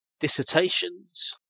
dissertations